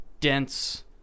Dense